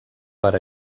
per